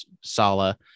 Sala